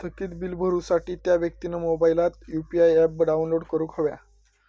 थकीत बील भरुसाठी त्या व्यक्तिन मोबाईलात यु.पी.आय ऍप डाउनलोड करूक हव्या